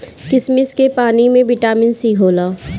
किशमिश के पानी में बिटामिन सी होला